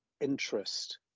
interest